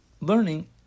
learning